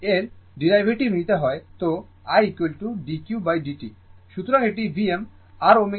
সুতরাং এটি Vm r ω C cos ω t হবে